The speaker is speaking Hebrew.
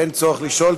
אין צורך לשאול,